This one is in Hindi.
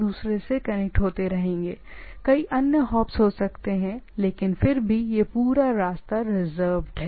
चीजों के आधार पर कई अन्य कई अन्य हॉप्स हो सकते हैं लेकिन फिर भी पूरा रास्ता रिजर्वड है